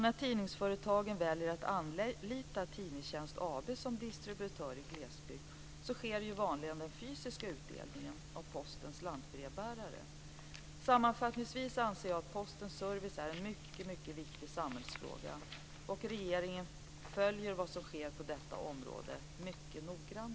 När tidningsföretagen väljer att anlita Tidningstjänst AB Sammanfattningsvis anser jag att Postens service är en mycket viktig samhällsfråga. Regeringen följer vad som sker på detta område mycket noggrant.